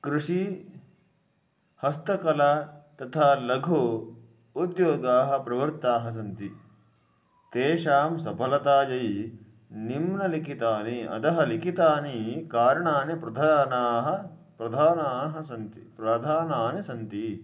कृषिः हस्तकला तथा लघुः उद्योगाः प्रवृत्ताः सन्ति तेषां सफलतायै निम्नलिखितानि अधः लिखितानि कारणानि प्रधानानि प्रधानानि सन्ति प्रधानानि सन्ति